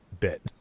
bit